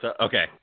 Okay